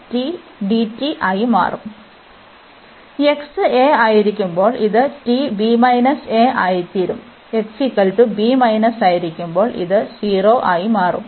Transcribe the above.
X a ആയിരിക്കുമ്പോൾ ഇത് t b a ആയിത്തീരും ആയിരിക്കുമ്പോൾ ഇത് 0 ആയി മാറും